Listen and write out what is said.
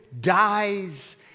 dies